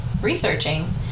researching